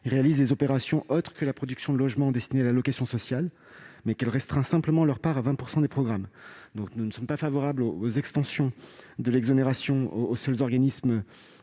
réalisent des opérations autres que la production de logements destinés à la location sociale, mais qu'elle restreint simplement leur part à 20 % des programmes. Nous ne sommes donc pas favorables aux extensions de l'exonération aux seuls organismes